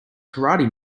karate